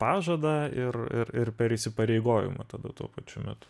pažadą ir ir ir per įsipareigojimą tada tuo pačiu metu